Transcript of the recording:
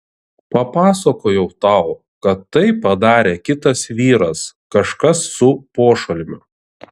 papasakojau tau kad tai padarė kitas vyras kažkas su pošalmiu